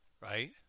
right